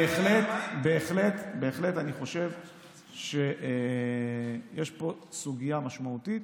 אני בהחלט חושב שיש פה סוגיה משמעותית,